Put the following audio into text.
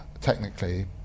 technically